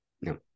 No